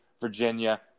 Virginia